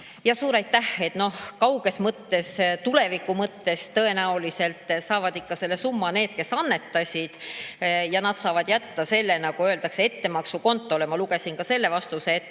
Suur aitäh! Kauges mõttes, tuleviku mõttes tõenäoliselt saavad ikka selle summa need, kes annetasid, ja nad saavad jätta selle, nagu öeldakse, ettemaksukontole. Ma lugesin ka selle vastuse